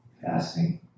fasting